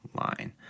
line